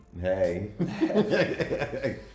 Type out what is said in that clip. hey